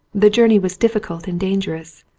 the journey was diffi cult and dangerous,